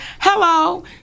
hello